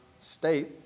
state